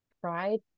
pride